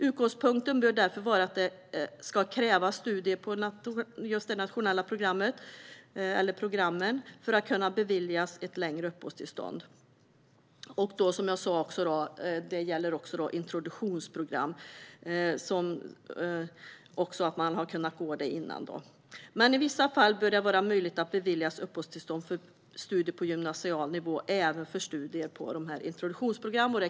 Utgångspunkten bör därför vara att det ska krävas studier på ett nationellt program för att kunna beviljas ett längre uppehållstillstånd. Man ska också ha kunnat gå ett introduktionsprogram innan. I vissa fall bör det dock vara möjligt att beviljas uppehållstillstånd för studier på gymnasial nivå även för studier på ett introduktionsprogram.